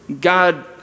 God